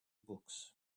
books